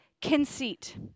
conceit